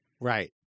right